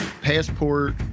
passport